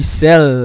sell